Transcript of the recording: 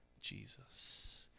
Jesus